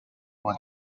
what